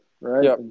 Right